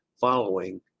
following